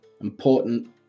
important